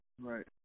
Right